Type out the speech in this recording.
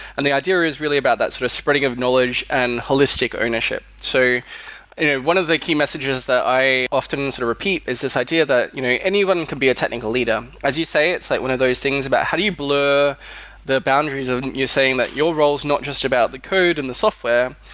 and the idea is really about that sort of spreading of knowledge and holistic ownership. so one of the key messages that i often and sort of repeat is this idea that you know anyone can be a technical leader. as you say, it's like one of those things about how do you blur the boundaries of you're saying that your role is not just about the code and the software,